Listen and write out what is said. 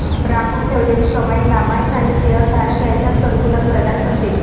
राखून ठेवलेली कमाई लाभांश आणि शेअर धारक यांच्यात संतुलन प्रदान करते